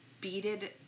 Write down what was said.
beaded